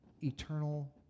eternal